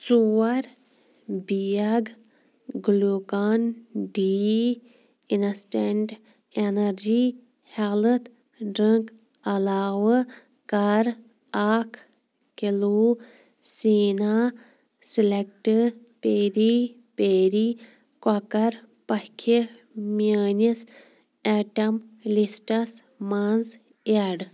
ژور big Glucon D instant energy health drink علاوٕ کَر اکھ کِلوٗ سیٖنا سِلٮ۪کٹ پیری پیری کۄکَر پَکھِ میٛٲنِس ایٹَم لِسٹَس منٛز اٮ۪ڈ